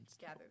gather